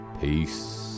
peace